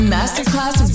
Masterclass